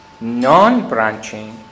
non-branching